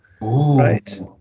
Right